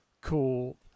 cool